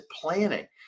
planning